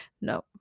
No